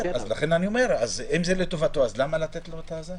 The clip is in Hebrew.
אם זה לטובתו אז למה לתת לו את זה?